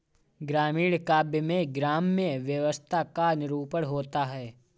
ग्रामीण काव्य में ग्राम्य व्यवस्था का निरूपण होता है